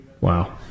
Wow